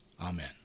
Amen